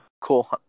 Cool